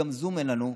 גם זום אין לנו,